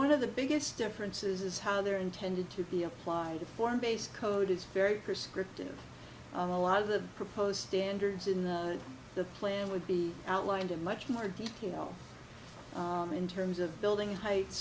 one of the biggest differences is how they're intended to be applied to foreign based code it's very prescriptive a lot of the proposed standards in the the plan would be outlined in much more detail in terms of building heights